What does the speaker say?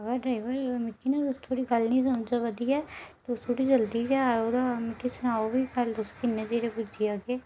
आं ओह् मिकी थोहाड़ी गल्ल नीं समझ आवा दी ऐ तुस थोह्ड़ी जल्दी गै आवो मिकी सनाओ कि तुस किन्ने चिरें च पुज्जी जाह्गे